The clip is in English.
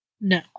No